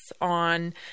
on